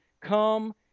come